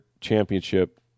championship